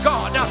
God